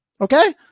Okay